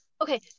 Okay